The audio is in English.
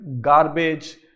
garbage